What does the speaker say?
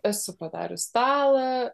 esu padarius stalą